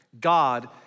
God